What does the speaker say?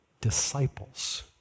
disciples